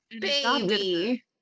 baby